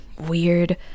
weird